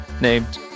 named